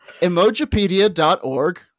Emojipedia.org